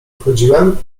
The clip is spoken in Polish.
wchodziłem